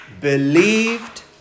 believed